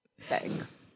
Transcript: Thanks